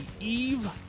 eve